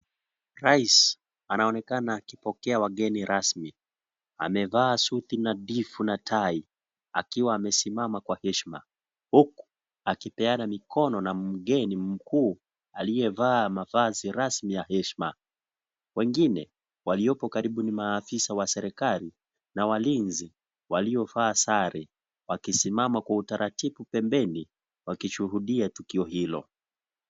Rais anaonekana akipokea wageni rasmi . Amevaa suti nadhifu na tai , akiwa amesimama kwa hesshima huku akipeana mikono na mgeni mkuu aliyevaa mavazi rasmi ya heshima . Wengine waliopo karibu ni maafisa wa serikali na walinzi waliovaa sare wakisimama kwa utaratibu pembeni wakishuhudia tukio hilo.